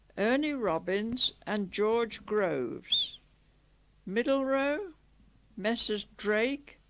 ernie robbins and george groves middle row messrs. drake,